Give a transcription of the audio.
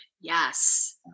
Yes